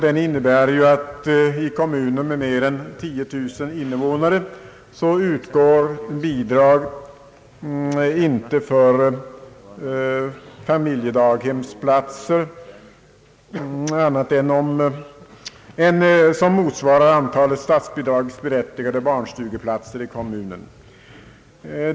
Den innebär att i kommuner med mer än 10 000 invånare utgår bidrag inte för flera familjedaghemsplatser än som motsvarar antalet statsbidragsberättigade barnstugeplatser i kommunen.